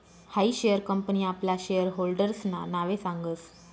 हायी share company आपला share होल्डर्सना नावे सांगस